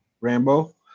Rambo